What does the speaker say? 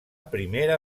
primera